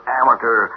amateur